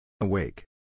Awake